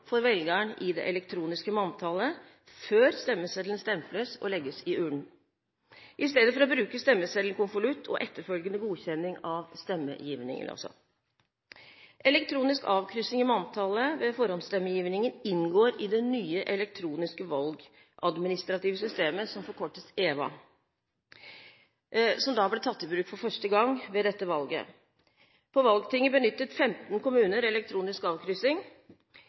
for velgeren i det elektroniske manntallet før stemmeseddelen stemples og legges i urnen – i stedet for å bruke stemmeseddelkonvolutt og etterfølgende godkjenning av stemmegivningen. Elektronisk avkryssing i manntallet ved forhåndsstemmegivningen inngår i det nye elektroniske valgadministrative systemet, forkortet EVA, som ble tatt i bruk for første gang ved dette valget. På valgtinget benyttet 15 kommuner elektronisk avkryssing.